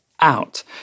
out